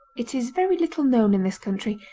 it is very little known in this country,